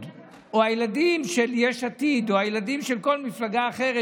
או הילדים של יש עתיד או הילדים של כל מפלגה אחרת,